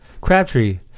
Crabtree